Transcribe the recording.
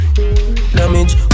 Damage